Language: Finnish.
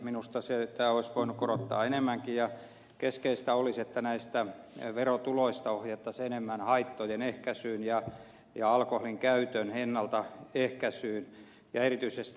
minusta sitä olisi voinut korottaa enemmänkin ja keskeistä olisi että näistä verotuloista ohjattaisiin enemmän haittojen ehkäisyyn ja alkoholin käytön ennaltaehkäisyyn ja erityisesti nuoriin